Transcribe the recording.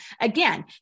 again